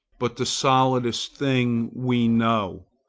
but the solidest thing we know.